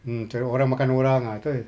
mm macam orang makan orang ah itu I